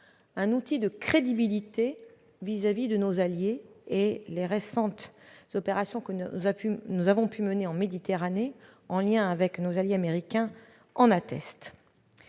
un vecteur de crédibilité vis-à-vis de nos alliés ; les récentes opérations que nous avons menées en Méditerranée, en lien avec nos alliés américains, en attestent.